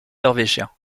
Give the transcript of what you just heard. norvégien